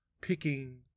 picking